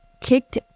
kicked